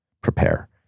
prepare